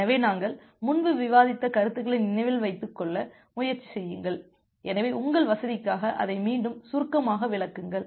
எனவே நாங்கள் முன்பு விவாதித்த கருத்துக்களை நினைவில் வைத்துக் கொள்ள முயற்சி செய்யுங்கள் எனவே உங்கள் வசதிக்காக அதை மீண்டும் சுருக்கமாக விளக்குங்கள்